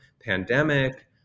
pandemic